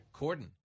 Corden